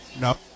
No